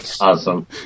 Awesome